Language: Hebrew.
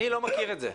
אני לא מכיר את זה.